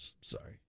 Sorry